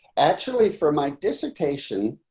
actually, for my dissertation,